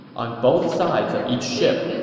on both sides of each ship,